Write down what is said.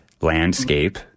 landscape